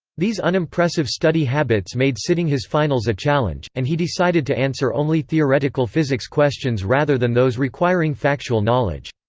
these unimpressive study habits made sitting his finals a challenge, and he decided to answer only theoretical physics questions rather than those requiring factual knowledge.